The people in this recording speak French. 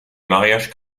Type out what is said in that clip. mariage